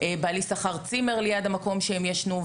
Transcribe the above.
בעלי שכר צימר ליד המקום שהם ישנו,